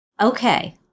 Okay